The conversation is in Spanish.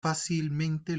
fácilmente